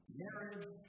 marriage